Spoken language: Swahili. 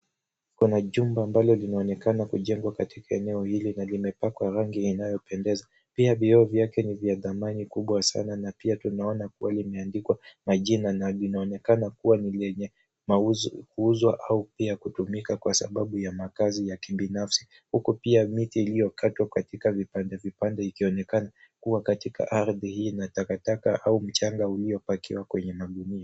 Kuna jumba ambalo linaonekana kujengwa katika eneo hili na limepakwa rangi inayopendeza. Pia vioo vyake ni vya thamani kubwa sana na pia tunaona kweli imeandikwa majina. Na vinaonekana kuwa ni vyinye kuuzwa au pia kutumika kwa sababu ya makazi ya kibinafsi. Huko pia miti iliyokatwa katika vipande vipande ikionekana kuwa katika ardhi hii na taka taka au mchanga uliopakiwa kwenye magunia.